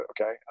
Okay